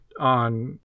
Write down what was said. on